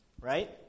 right